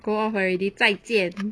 go off already 再见